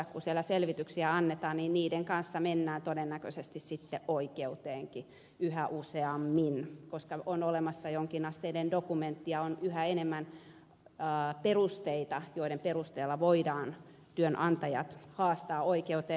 kun siellä selvityksiä annetaan niin niiden kanssa mennään todennäköisesti sitten oikeuteenkin yhä useammin koska on olemassa jonkinasteinen dokumentti ja on yhä enemmän perusteita joiden perusteella voidaan työnantajat haastaa oikeuteen